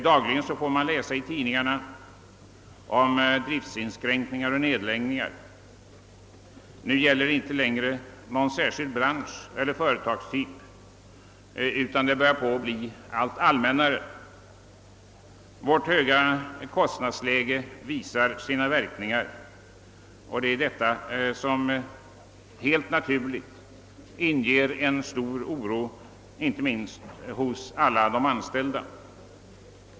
Dagligen får man i tidningarna läsa om driftinskränkningar och nedläggningar. Nu gäller det inte längre någon särskild bransch eller företagstyp, utan nedläggningarna blir allt allmännare. Vårt höga kostnadsläge visar nu sina verkningar, och det är detta som helt naturligt inger stor oro, inte minst hos alla de anställda.